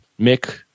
Mick